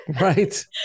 Right